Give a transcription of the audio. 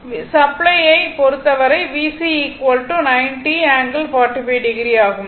v supply யை பொறுத்தவரை VC 90∠45o ஆகும்